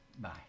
Bye